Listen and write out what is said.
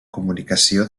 comunicació